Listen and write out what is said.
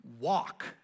walk